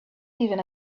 even